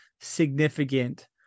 significant